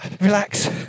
Relax